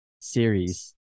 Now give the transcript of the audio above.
series